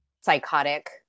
psychotic